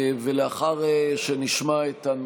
אבל מדינה יהודית,